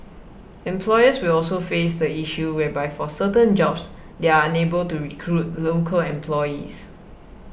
employers will also face the issue whereby for certain jobs they are unable to recruit local employees